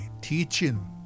teaching